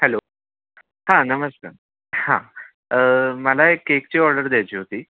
hello हा नमस्कार हा मला एक केकची ऑर्डर द्यायची होती